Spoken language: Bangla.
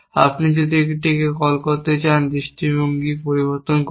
আপনি যদি এটিকে কল করতে চান দৃষ্টিভঙ্গি পরিবর্তন করুন